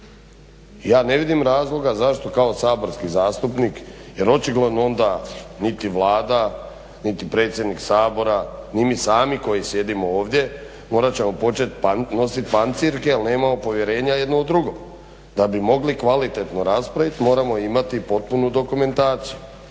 Ja ne vidim razloga zašto kao saborski zastupnik jer očigledno onda niti Vlada niti predsjednik Sabora ni mi sami koji sjedimo ovdje morat ćemo početi nositi pancirke jer nemamo povjerenja jedni u drugo da bi mogli kvalitetno raspraviti moramo imati potpunu dokumentaciju